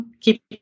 Keep